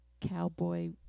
cowboy